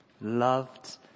Loved